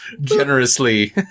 generously